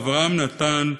אברהם נתן,